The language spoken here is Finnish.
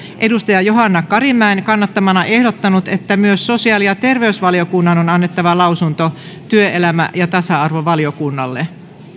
biaudet johanna karimäen kannattamana ehdottanut että myös sosiaali ja terveysvaliokunnan on annettava lausunto työelämä ja tasa arvovaliokunnalle